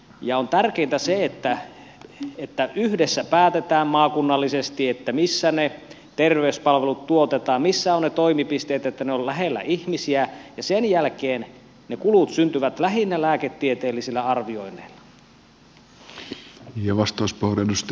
tärkeintä on se että yhdessä päätetään maakunnallisesti missä ne terveyspalvelut tuotetaan missä ovat ne toimipisteet että ne ovat lähellä ihmisiä ja sen jälkeen ne kulut syntyvät lähinnä lääketieteellisistä arvioinneista